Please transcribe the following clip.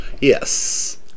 Yes